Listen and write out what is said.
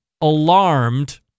alarmed